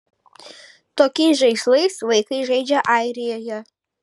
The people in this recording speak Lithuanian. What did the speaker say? tokiais žaislais vaikai žaidžia airijoje